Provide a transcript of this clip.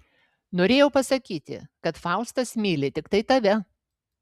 norėjau pasakyti kad faustas myli tiktai tave